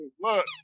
Look